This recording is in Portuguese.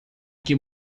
que